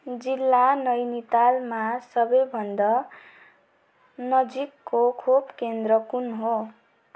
जिल्ला नैनीतालमा सबैभन्दा नजिकको खोप केन्द्र कुन हो